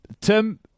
Tim